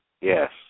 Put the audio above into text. Yes